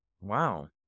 Wow